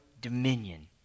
dominion